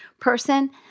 person